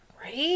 right